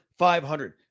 500